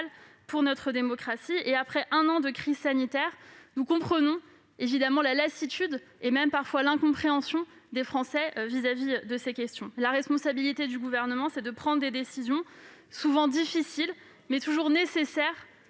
pour notre démocratie. Après un an de crise sanitaire, nous comprenons la lassitude et, parfois, l'incompréhension des Français à l'égard de ces questions. La responsabilité du Gouvernement est de prendre des décisions souvent difficiles, mais toujours nécessaires